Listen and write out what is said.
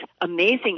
amazing